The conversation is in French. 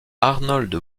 arnold